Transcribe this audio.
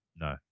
no